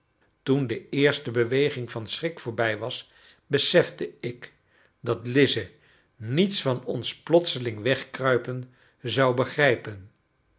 toen de eerste beweging van schrik voorbij was besefte ik dat lize niets van ons plotseling wegkruipen zou begrijpen